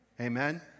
Amen